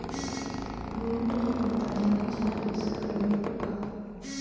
गुनगुन की माताजी ने चना बेसन खरीदने को कहा